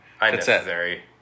unnecessary